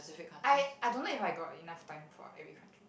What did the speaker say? I I don't know if I got enough time for every country